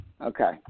Okay